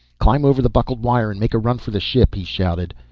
climb over the buckled wire and make a run for the ship, he shouted.